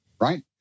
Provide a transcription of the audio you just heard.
right